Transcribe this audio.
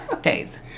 days